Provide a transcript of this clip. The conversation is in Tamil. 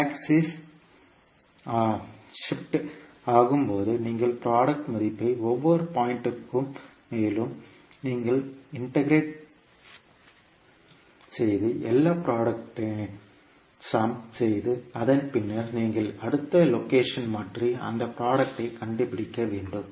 ஆக்சிஸ் ஷிப்ட் ஆகும்போது நீங்கள் ப்ராடக்ட் மதிப்பை ஒவ்வொரு பாயிண்ட்க்கும் மேலும் நீங்கள் இன்டர்பிரேட் செய்து எல்லா புரோடக்ட் இன் சம் செய்து அதன் பின்னர் நீங்கள் அடுத்த லொகேஷன் மாற்றி அந்த ப்ராடக்டை கண்டுபிடிக்க வேண்டும்